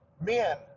men